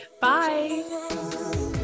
Bye